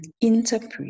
interpret